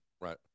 Right